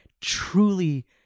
truly